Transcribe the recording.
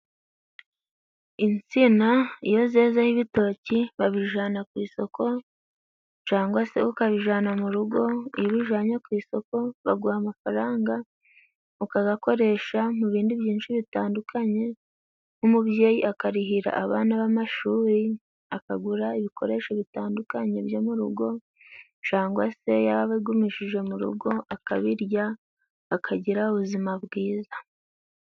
Insina iyo zezeho ibitoki babijana ku isoko cangwa se ukabijana mu rugo. Iyo ubijanye ku isoko baguhaga amafaranga, ukagakoresha mu bindi byinshi bitandukanye. Nk'umubyeyi akarihira abana be amashuri, akagura ibikoresho bitandukanye byo mu rugo, cangwa se yaba abigumishije mu rugo, akabirya akagira ubuzima bwiza.